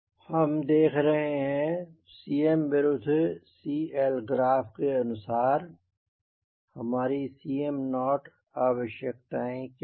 हम देख रहे हैं Cm विरुद्ध CL ग्राफ के अनुसार हमारीCm0 आवश्यकताएं क्या हैं